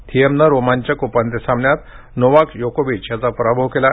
थिएमनं रोमांचक उपांत्य सामन्यात नोवाक योकोविच याचा पराभव केला